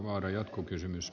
arvoisa puhemies